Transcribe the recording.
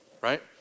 right